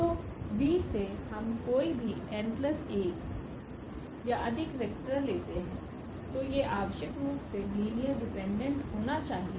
तो V से हम कोई भी n1 या अधिक वेक्टर लेते हैं तो ये आवश्यक रूप से लीनियर डिपेंडेंट होना चाहिए